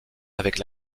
avec